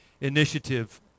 initiative